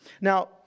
Now